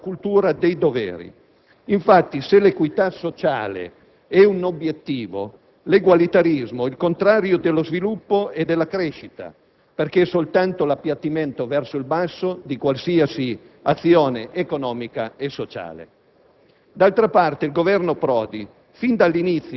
e cioè la rivendicazione dei diritti anziché la cultura dei doveri. Se l'equità sociale è un obiettivo, infatti, l'egualitarismo è il contrario dello sviluppo e della crescita perché è soltanto l'appiattimento verso il basso di qualsiasi azione economica e sociale.